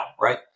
right